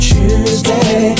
Tuesday